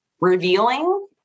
revealing